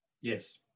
Yes